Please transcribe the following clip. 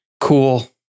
Cool